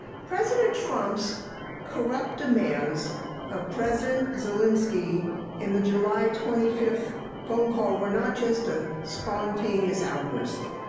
president trump's corrupt demands of president zelensky in the july twenty five phone call were not just a spontaneous outburst.